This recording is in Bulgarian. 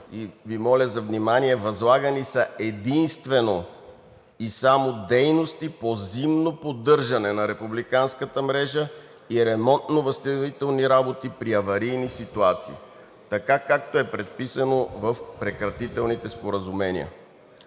внимание, единствено и само дейности по зимно поддържане на републиканската мрежа и ремонтно-възстановителни работи при аварийни ситуации, така както е предписано в прекратителните споразумения.